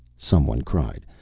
some one cried.